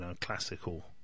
classical